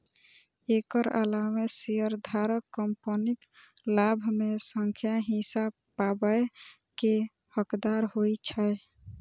एकर अलावे शेयरधारक कंपनीक लाभ मे सं हिस्सा पाबै के हकदार होइ छै